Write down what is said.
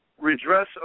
Redress